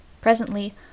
Presently